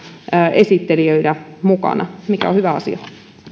esittelijöinä mukana mikä on hyvä asia